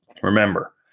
Remember